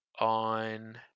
on